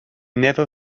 never